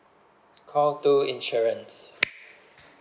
call two insurance